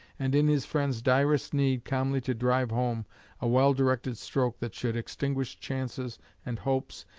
and in his friend's direst need calmly to drive home a well-directed stroke that should extinguish chances and hopes,